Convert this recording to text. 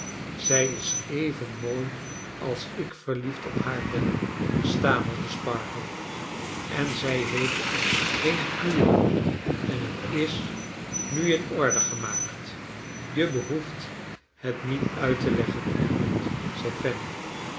zij is even mooi als ik verliefd op haar ben stamelde sparkler en zij heeft geen kuren en t is nu in orde gemaakt je behoeft het niet uit te leggen edmund zei